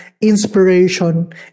inspiration